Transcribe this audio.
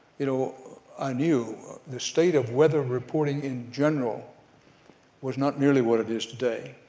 you know i knew the state of weather reporting in general was not nearly what it is today.